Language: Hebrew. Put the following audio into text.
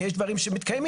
כי יש דברים שמתקיימים.